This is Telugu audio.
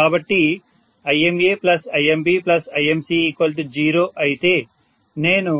కాబట్టి ImaImbImc0 అయితే నేను